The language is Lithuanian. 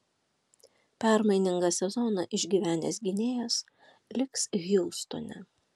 permainingą sezoną išgyvenęs gynėjas liks hjustone